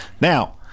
Now